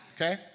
Okay